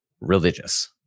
religious